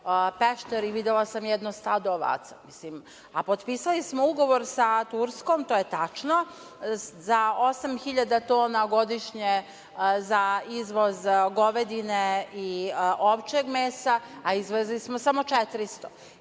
i videla sam jedno stado ovaca, mislim a potpisali smo ugovor sa Turskom, to je tačno, za 8.000 tona godišnje za izvoz govedine i ovčjeg mesa, a izvezli smo samo 400 i